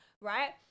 right